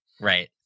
Right